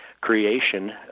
creation